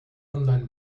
online